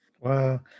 Wow